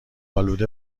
آلوده